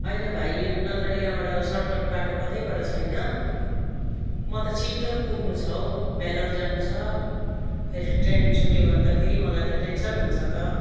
होइन भाइ नत्र यहाँबाट सट्कट बाटो कतैबाट छैन म त छिट्टो पुग्नु छ हौ भेल्लोर जानु छ फेरि ट्रेन छुट्यो भने फेरि मलाई त टेन्सन हुन्छ त